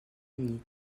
llit